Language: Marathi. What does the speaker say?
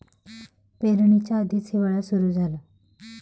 पेरणीच्या आधीच हिवाळा सुरू झाला